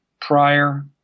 prior